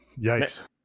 Yikes